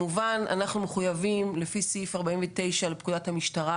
לפי סעיף 49 לפקודת המשטרה